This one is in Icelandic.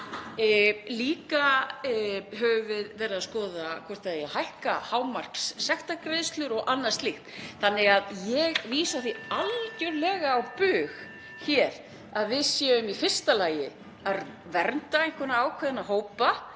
Eins höfum við verið að skoða hvort það eigi að hækka hámarkssektargreiðslur og annað slíkt. Þannig að ég vísa því algjörlega á bug hér að við séum í fyrsta lagi að vernda einhverja ákveðna hópa